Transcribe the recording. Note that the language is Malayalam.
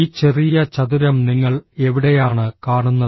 ഈ ചെറിയ ചതുരം നിങ്ങൾ എവിടെയാണ് കാണുന്നത്